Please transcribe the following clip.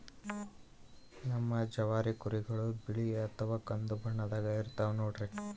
ನಮ್ ಜವಾರಿ ಕುರಿಗಳು ಬಿಳಿ ಅಥವಾ ಕಂದು ಬಣ್ಣದಾಗ ಇರ್ತವ ನೋಡ್ರಿ